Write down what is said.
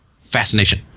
fascination